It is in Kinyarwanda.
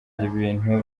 bintu